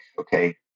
okay